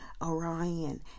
Orion